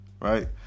right